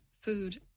food